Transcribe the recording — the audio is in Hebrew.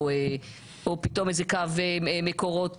או איזה קו מקורות,